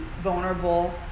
vulnerable